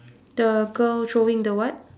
the girl throwing the what